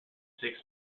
six